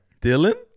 Dylan